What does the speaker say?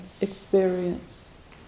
experience